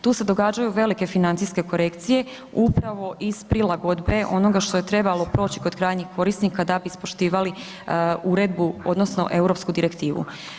Tu se događaju velike financijske korekcije upravo iz prilagodbe onoga što je trebalo proći kod krajnjih korisnika da bi ispoštivali uredbu odnosno europski direktivu.